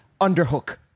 Underhook